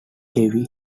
heavy